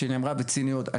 שנאמרה בציניות.